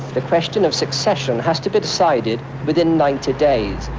the question of succession has to be decided within ninety days,